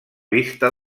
vista